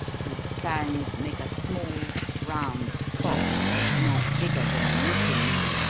whose fangs make a small round spot not bigger than a knitting needle,